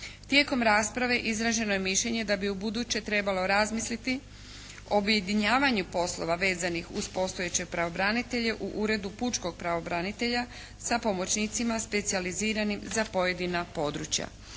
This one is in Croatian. Tijekom rasprave izraženo je mišljenje da bi ubuduće trebalo razmisliti o objedinjavanju poslova vezanih uz postojeće pravobranitelje u Uredu pučkog pravobranitelja sa pomoćnicima specijaliziranim za pojedina područja.